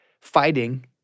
fighting